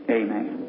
amen